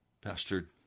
Pastor